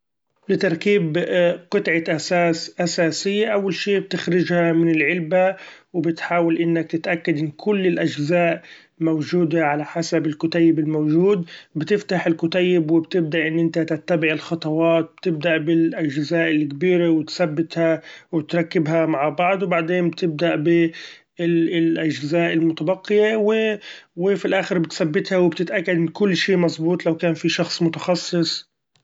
لتركيب قطعة أثاث أساسية; أول شي بتخرچها من العلبة وبتحأول إنك تأكد إن كل الاچزاء موجودة على حسب الكتيب الموچود ، بتفتح الكتيب وبتبدأ إن إنت تتبع الخطوات بتبدأ بالاچزاء الكبيرة وتثبتها وتركبها مع بعض ، وبعدين بتبدأ بال- الاچزاء المتبقية وفي الاخر بتثبتها وبتتأكد إن كل شي مظبوط لو كان في شخص متخصص.